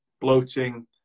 bloating